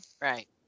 Right